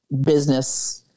business